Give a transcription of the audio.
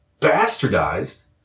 bastardized